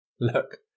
Look